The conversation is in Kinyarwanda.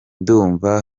ndumva